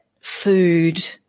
food